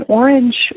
orange